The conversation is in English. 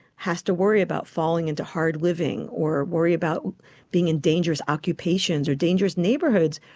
has to worry about falling into hard living or worry about being in dangerous occupations or dangerous neighbourhoods.